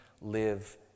live